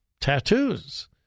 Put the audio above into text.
tattoos